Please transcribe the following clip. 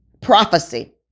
prophecy